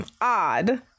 odd